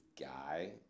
guy